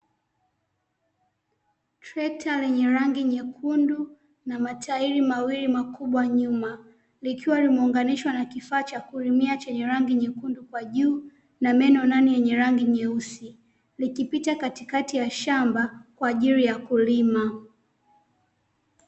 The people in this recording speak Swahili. Trekta lenye rangi nyekundu na matairi mawili makubwa nyuma likiwa limeunganishwa na kifaa cha kulimia chenye rangi nyekundu kwa juu na meno nane yenye rangi nyeusi. Likipita katikati ya shamba kwajili ya kulima.